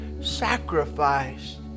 sacrificed